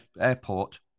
airport